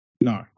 No